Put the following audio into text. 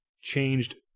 changed